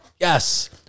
Yes